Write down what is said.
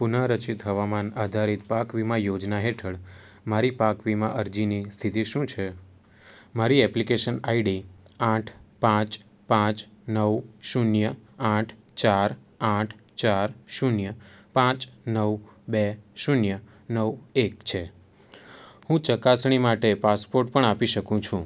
પુન રચિત હવામાન આધારિત પાક વીમા યોજના હેઠળ મારી પાક વીમા અરજીની સ્થિતિ શું છે માંરી એપ્લિકેશન આઈડી આઠ પાંચ પાંચ નવ શૂન્ય આઠ ચાર આઠ ચાર શૂન્ય પાંચ નવ બે શૂન્ય નવ એક છે હું ચકાસણી માટે પાસપોર્ટ પણ આપી શકું છું